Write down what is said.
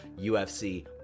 UFC